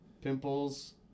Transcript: Pimples